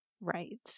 Right